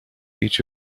each